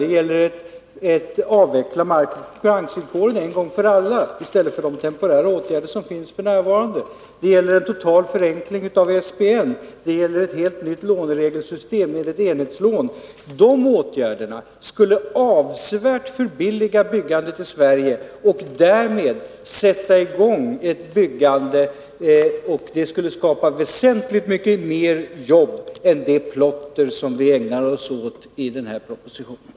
Det gäller att avveckla branschvillkoren en gång för alla, i stället för de temporära åtgärder som finns f. n. Det gäller en total förenkling av SBN, det gäller ett helt nytt låneregelsystem, det gäller ett enhetslån. De åtgärderna skulle avsevärt förbilliga byggandet i Sverige och därmed sätta i gång ett byggande, vilket skulle skapa väsentligt fler arbeten än det plotter som man ägnar sig åt i den här propositionen.